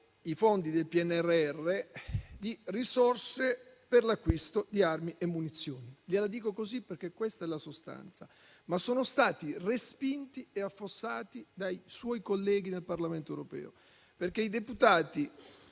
i fondi del PNRR, di risorse per l'acquisto di armi e munizioni - gliela dico così perché questa è la sostanza - ma sono stati respinti e affossati dai suoi colleghi nel Parlamento europeo. Infatti, i deputati